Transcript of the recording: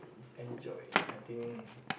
enjoy I think